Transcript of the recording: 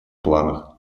планах